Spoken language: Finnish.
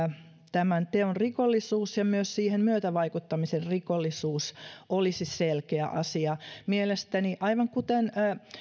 tämän teon rikollisuus ja myös siihen myötävaikuttamisen rikollisuus olisi selkeä asia mielestäni aivan kuten